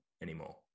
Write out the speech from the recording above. anymore